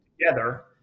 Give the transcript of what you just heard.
together